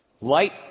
light